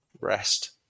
rest